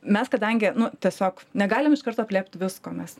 mes kadangi nu tiesiog negalim iš karto aprėpt visko mes